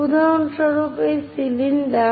উদাহরণস্বরূপ এটি সিলিন্ডার